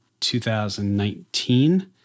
2019